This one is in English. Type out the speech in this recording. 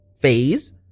phase